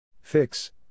Fix